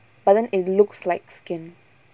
but then it looks like skin